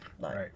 Right